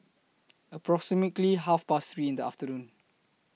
approximately Half Past three in The afternoon